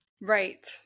Right